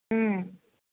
ହୁଁ